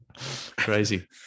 crazy